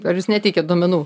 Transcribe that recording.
ar jūs neteikiat duomenų